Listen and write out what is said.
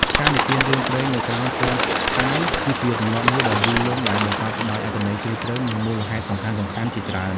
ការនិទានរឿងព្រេងនៅក្រោមហ្វូងផ្កាយ គឺជាទម្លាប់មួយដ៏យូរលង់ ដែលបង្កប់ទៅដោយអត្ថន័យជ្រាលជ្រៅ និងមូលហេតុសំខាន់ៗជាច្រើន ។